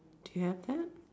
do you have that